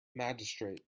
magistrate